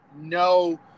no